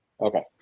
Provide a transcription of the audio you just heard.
Okay